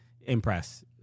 impress